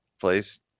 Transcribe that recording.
place